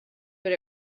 but